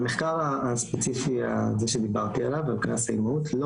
המחקר הספציפי שדיברתי עליו על קנס האימהות לא